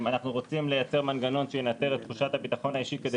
אנחנו רוצים לייצר מנגנון שינטר בתחושת הביטחון האישית כדי